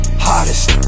Hottest